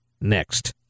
next